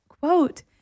quote